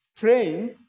praying